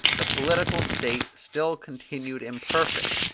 the political state still continued imperfect,